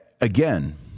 again